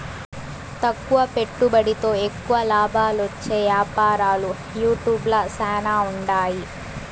తక్కువ పెట్టుబడితో ఎక్కువ లాబాలొచ్చే యాపారాలు యూట్యూబ్ ల శానా ఉండాయి